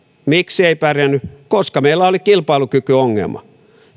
miksi ei pärjännyt koska meillä oli kilpailukykyongelma